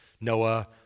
Noah